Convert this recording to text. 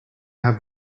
have